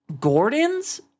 Gordon's